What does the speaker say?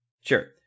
Sure